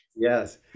yes